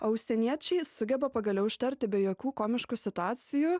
o užsieniečiai sugeba pagaliau ištarti be jokių komiškų situacijų